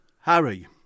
Harry